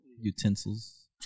utensils